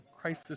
crisis